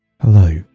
Hello